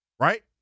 Right